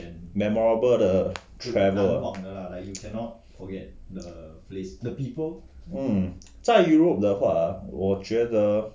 memorable 的 travel hmm 在 europe 的话我觉得